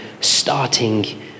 starting